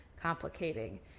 complicating